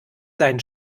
seinen